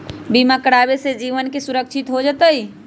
बीमा करावे से जीवन के सुरक्षित हो जतई?